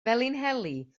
felinheli